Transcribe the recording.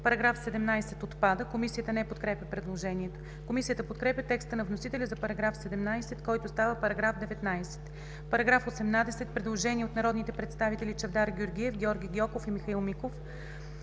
„§ 17 отпада“. Комисията не подкрепя предложението. Комисията подкрепя текста на вносителя за § 17, който става § 19. Параграф 18 – предложение от народните представители Чавдар Георгиев, Георги Гьоков и Михаил Миков: